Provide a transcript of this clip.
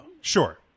sure